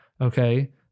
Okay